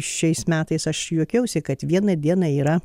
šiais metais aš juokiausi kad vieną dieną yra